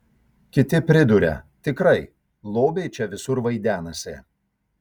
kiti priduria tikrai lobiai čia visur vaidenasi